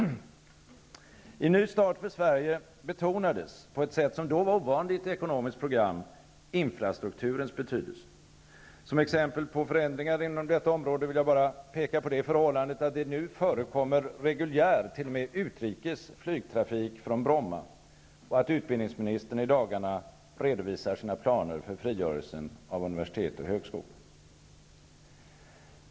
I Ny start för Sverige betonades på ett sätt som då var ovanligt i ett ekonomiskt program infrastrukturens betydelse. Som exempel på förändringar inom detta område vill jag bara peka på det förhållandet att det nu förekommer reguljär, t.o.m. utrikes flygtrafik från Bromma och att utbildningsministern i dagarna redovisar sina planer för frigörelsen av universitet och högskolor.